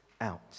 out